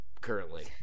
currently